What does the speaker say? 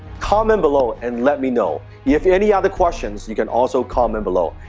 comment below and let me know. if any other questions, you can also comment below.